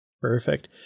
Perfect